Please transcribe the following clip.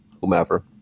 whomever